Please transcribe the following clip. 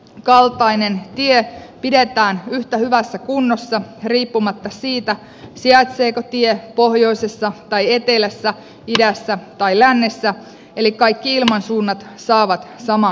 liikenteellisesti samankaltainen tie pidetään yhtä hyvässä kunnossa riippumatta siitä sijaitseeko tie pohjoisessa vai etelässä idässä vai lännessä eli kaikki ilmansuunnat saavat saman kohtelun